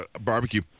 barbecue